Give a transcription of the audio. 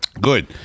Good